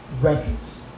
records